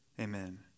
Amen